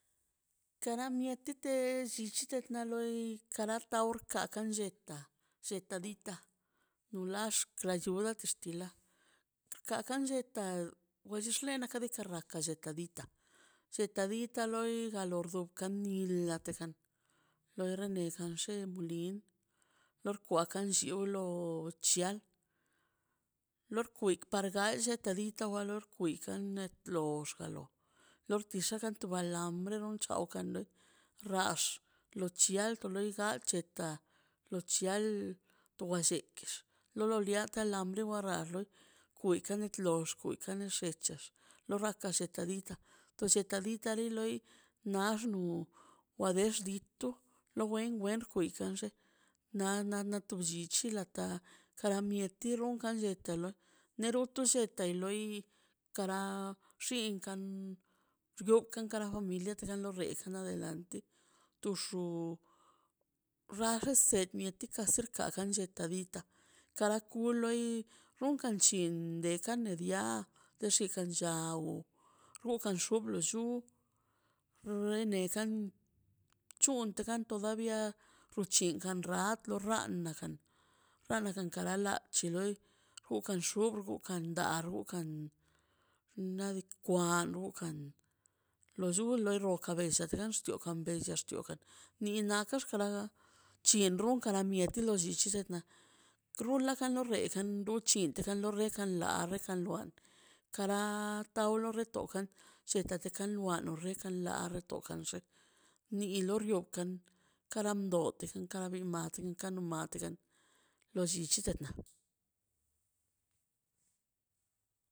Nat na loi ka kan lleta lleta nulax clalludax tixtila dita on llut le di rioma wo male xnaꞌ diika despues neta kan rela kan radi wale kadi chechekan nllete kan bal rroo lowa dekan bal lleki lo wa de kan te novia le da rrun kan tu gach deka na rro te lo llchi di ka loi lia rrukan kasi to xman to xman nadika lo lursate llichite lal che da xnaꞌ diikaꞌ ri fandango de to lo rruba rrun gan rren di ka no bin kan nia per lo bano niati kadox nadika bukan biati josan le a ti ton rron kan lleka loi to kan rrekan re ro re biakan nadika mat ma patma xnaꞌ dikkaꞌ na mbal chequeto na mbal rro xc̱hakan reka wen despues la uxchi mole en lo wachal rrute dute xnaꞌdiika' wante bate nolbiotən anti wa lei nia kwarta lei bin nadika bin mala no bian lei nadika rdukan ne lei onume servir kara ni di gun dowo kan nlleta wokan wnemexnaꞌ diika' na go kano gono du u rrunka ni mia kwa por lli kunla teka gon gull teka mon llo per lo jana lei por xlaito dii na aga kosa li tugun rronkan lei tirra ka la guman lo tillichit lox xnaꞌ diikaꞌ karandote kara bi ma kanon matikan lo llichichena